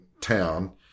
town